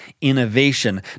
innovation